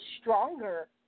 stronger